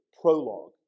prologue